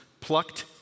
plucked